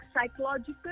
psychological